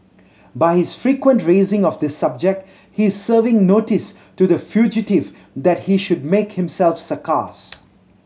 by his frequent raising of this subject he is serving notice to the fugitive that he should make himself scarce